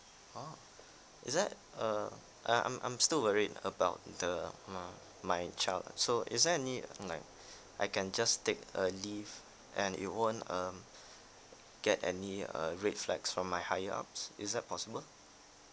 oh is that uh I I'm I'm still worried about the uh my child so is there any like I can just take a leave and it won't um get any uh red flags from my higher ups is that possible